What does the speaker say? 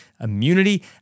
Immunity